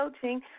Coaching